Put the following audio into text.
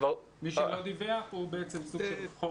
מי שלא דיווח הוא בעצם של סוג חור שחור.